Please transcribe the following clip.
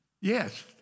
Yes